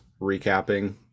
recapping